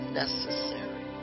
necessary